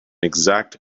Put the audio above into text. exact